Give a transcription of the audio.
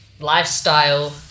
lifestyle